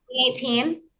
2018